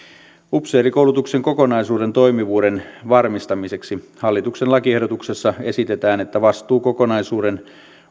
upseerikoulutuksen kokonaisuuden toimivuuden varmistamiseksi hallituksen lakiehdotuksessa esitetään että vastuu kokonaisuuden